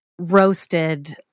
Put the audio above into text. Roasted